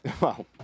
Wow